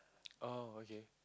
oh okay